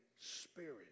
spirit